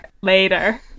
later